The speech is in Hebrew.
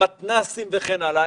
במתנ"סים וכן הלאה,